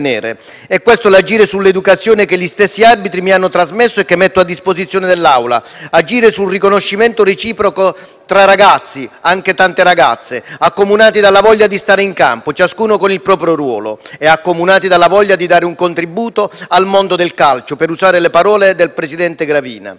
È questo agire sull'educazione che gli stessi arbitri mi hanno trasmesso e che metto a disposizione dell'Assemblea: agire sul riconoscimento reciproco tra ragazzi (ma anche tante ragazze) accomunati dalla «voglia di stare in campo», ciascuno con il proprio ruolo, e accomunati dalla voglia di «dare un contributo al mondo del calcio», per usare le parole del presidente Gravina.